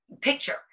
picture